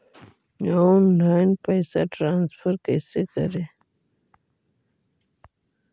Online पैसा transfer कैसे करे?